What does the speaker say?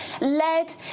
led